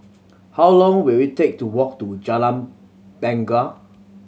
how long will it take to walk to Jalan Bungar